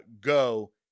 go